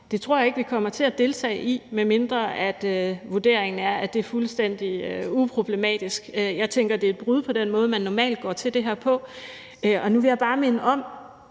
Det tror jeg ikke at vi kommer til at deltage i, medmindre vurderingen er, at det er fuldstændig uproblematisk. Jeg tænker, det er et brud med den måde, man normalt går til det her på. Og nu vil jeg bare minde om,